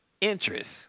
interest